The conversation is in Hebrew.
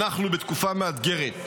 אנחנו בתקופה מאתגרת.